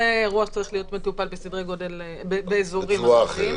זה אירוע שצריך להיות מטופל באזורים אחרים.